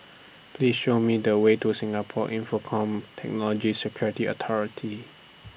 Please Show Me The Way to Singapore Infocomm Technology Security Authority